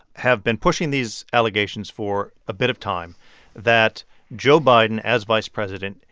have been pushing these allegations for a bit of time that joe biden, as vice president,